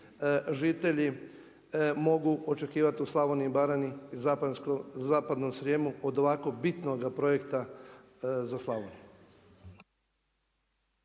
žitelji mogu očekivati u Slavoniji i Baranji i Zapadnom Srijemu od ovako bitnoga projekta za Slavoniju.